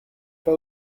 pas